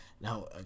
Now